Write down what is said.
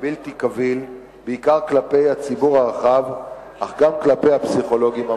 בלתי קביל בעיקר כלפי הציבור הרחב אך גם כלפי הפסיכולוגים המומחים.